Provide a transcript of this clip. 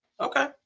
Okay